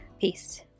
Peace